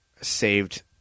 saved